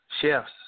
chefs